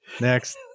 next